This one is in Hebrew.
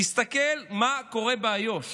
תסתכלו מה היה באיו"ש